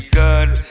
good